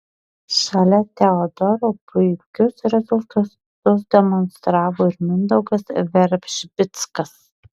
šalia teodoro puikius rezultatus demonstravo ir mindaugas veržbickas